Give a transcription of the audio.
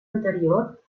anterior